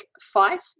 fight